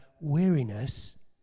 weariness